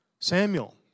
Samuel